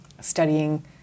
studying